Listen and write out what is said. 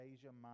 Asia